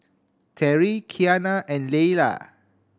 Terri Qiana and Leala